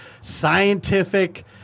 scientific